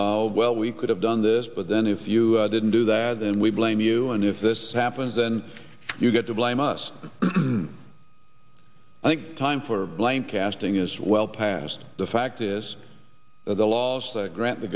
well we could have done this but then if you didn't do that then we blame you and if this happens then you get to blame us i think time for blame casting is well past the fact is that the laws that grant the